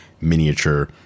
miniature